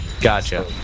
Gotcha